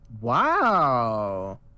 Wow